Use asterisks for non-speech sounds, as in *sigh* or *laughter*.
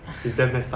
*breath*